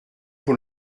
pour